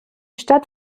stadt